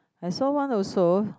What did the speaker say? I saw one also